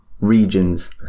Regions